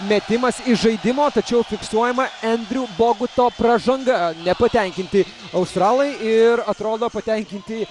metimas iš žaidimo tačiau fiksuojama endriu boguto pražanga nepatenkinti australai ir atrodo patenkinti